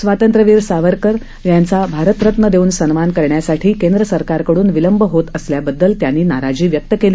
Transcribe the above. स्वातंत्र्यवीर विनायक दामोदर सावरकर यांचा भारतरत्न देऊन सन्मान करण्यासाठी केंद्र सरकारकडून विलंब होत असल्याबद्दल त्यांनी नाराजी व्यक्त केली